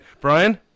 Brian